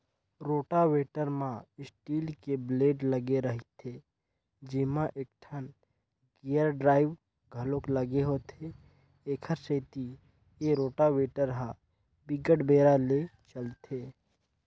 rotavator म steel के blade लगे रहिथे जेमा एकठन गेयर ड्राइव घलोक लगे होथे, एखरे सेती ए रोटावेटर ह बिकट बेरा ले चलथे